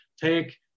take